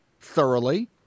thoroughly